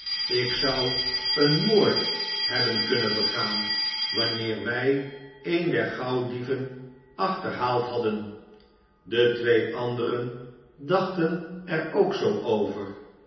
ik zou een moord hebben kunnen begaan wanneer wij een der gauwdieven achterhaald hadden de twee anderen dachten er ook zoo over